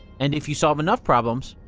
and if you solve enough problems,